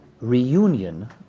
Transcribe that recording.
Reunion